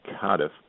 Cardiff